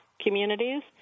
communities